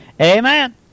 Amen